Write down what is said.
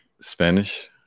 Spanish